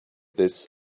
this